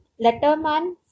letterman